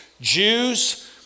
Jews